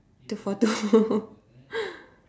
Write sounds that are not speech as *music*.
two four two *laughs*